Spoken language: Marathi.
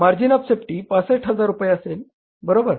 मार्जिन ऑफ सेफ्टी 65000 रुपये असेल बरोबर